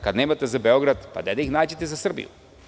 Kad nemate za Beograd, gde da ih nađete za Srbiju.